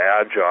agile